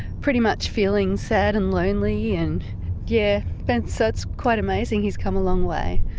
pretty much feeling sad and lonely, and yeah but so it's quite amazing, he's come a long way.